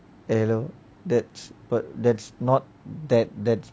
hello that's but that's not that that